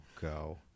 go